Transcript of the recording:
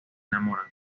enamoran